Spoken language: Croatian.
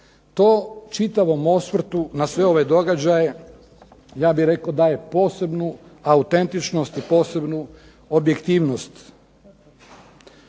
to čitavom osvrtu na sve ove događaje ja bih rekao daje posebnu autentičnost i posebnu objektivnost.